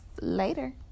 later